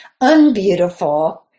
unbeautiful